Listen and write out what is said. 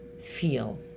feel